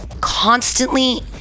constantly